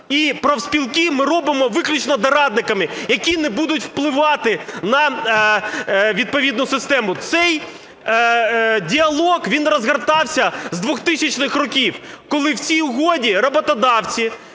і профспілки ми робимо виключно дорадниками, які не будуть впливати на відповідну систему. Це діалог, він розгортався з 2000-х років, коли в цій угоді роботодавці,